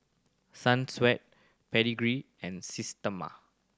Sunsweet Pedigree and Systema